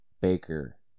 Baker